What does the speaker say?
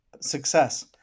success